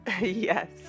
Yes